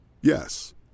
Yes